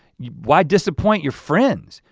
yeah why disappoint your friends?